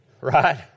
Right